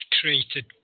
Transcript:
created